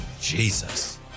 jesus